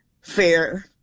fair